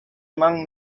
among